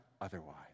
otherwise